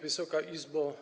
Wysoka Izbo!